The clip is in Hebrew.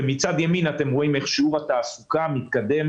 ומצד ימין אתם רואים איך שיעור התעסוקה מתקדם